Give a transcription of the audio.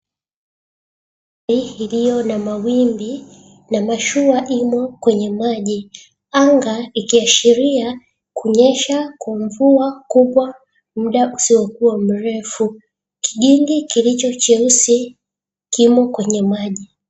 Iliyo na mawimbi na mashua imo kwenye maji. Anga ikiashiria kunyesha kwa mvua kubwa muda usiokuwa mrefu. Kijingi kilicho cheusi kimo kwenye maji.